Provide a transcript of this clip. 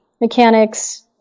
mechanics